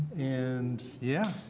and yeah